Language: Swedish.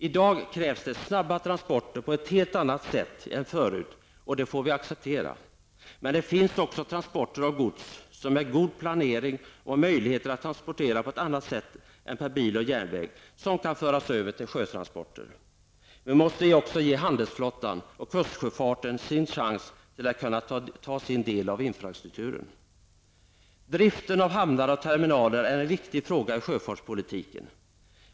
I dag krävs det snabba transporter på ett helt annat sätt än förut, och det får vi acceptera, men det finns också transporter av gods som med god planering och med möjligheter att transportera på ett annat sätt än per bil och järnväg kan föras över till sjön. Vi måste också ge handelsflottan och kustsjöfarten sin chans att svara för sin del av infrastrukturen. Driften av hamnar och terminaler är en viktig fråga i sjöfartspolitiken.